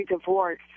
divorce